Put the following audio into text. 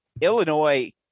Illinois